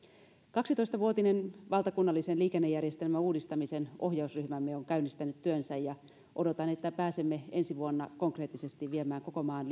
kaksitoista vuotisen valtakunnallisen liikennejärjestelmän uudistamisen ohjausryhmämme on käynnistänyt työnsä ja odotan että pääsemme ensi vuonna konkreettisesti viemään koko maan